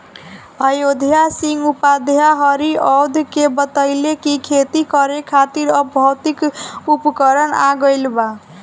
अयोध्या सिंह उपाध्याय हरिऔध के बतइले कि खेती करे खातिर अब भौतिक उपकरण आ गइल बा